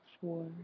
four